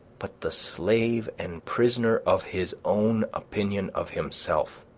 but the slave and prisoner of his own opinion of himself,